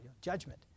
judgment